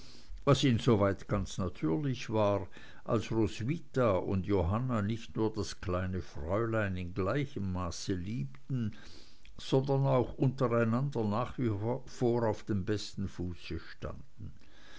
was insoweit ganz natürlich war als roswitha und johanna nicht nur das kleine fräulein in gleichem maße liebten sondern auch untereinander nach wie vor auf dem besten fuße standen